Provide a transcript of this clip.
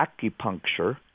acupuncture